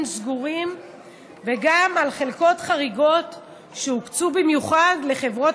סגורים וגם על חלקות חריגות שהוקצו במיוחד לחברות